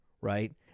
right